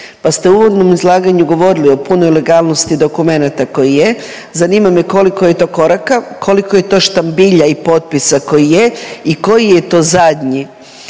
Pa ste u uvodnom izlaganju govorili o punoj legalnosti dokumenata koji je, zanima je koliko je to koraka, koliko je to štambilja i potpisa koji je i koji je to zadnji